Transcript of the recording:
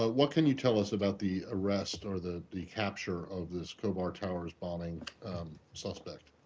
ah what can you tell us about the arrest or the the capture of this khobar towers bombing suspect?